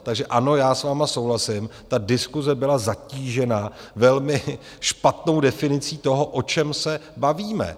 Takže ano, já s vámi souhlasím, ta diskuse byla zatížena velmi špatnou definicí toho, o čem se bavíme.